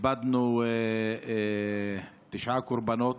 איבדנו תשעה קורבנות,